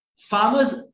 farmers